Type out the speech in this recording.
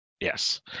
Yes